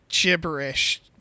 gibberish